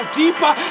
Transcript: deeper